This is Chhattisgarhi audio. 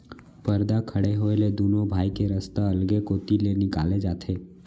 परदा खड़े होए ले दुनों भाई के रस्ता अलगे कोती ले निकाले जाथे